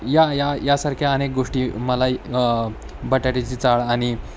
या या यासारख्या अनेक गोष्टी मला बटाट्याची चाळ आणि